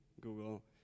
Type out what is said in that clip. Google